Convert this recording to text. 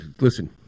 listen